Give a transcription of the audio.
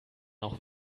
auch